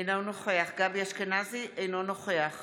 אינו נוכח גבי אשכנזי, אינו נוכח